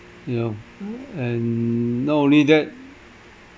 you know and not only that